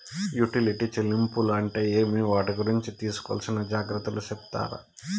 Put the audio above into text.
Utility చెల్లింపులు అంటే ఏమి? వాటి గురించి తీసుకోవాల్సిన జాగ్రత్తలు సెప్తారా?